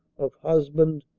of husband,